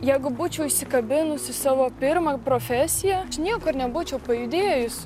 jeigu būčiau įsikabinus į savo pirmą profesiją aš niekur nebūčiau pajudėjus